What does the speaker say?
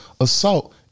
assault